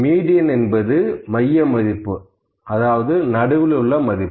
median என்பது மைய மதிப்பு அதாவது நடுவில் உள்ள மதிப்பு